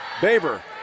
Baber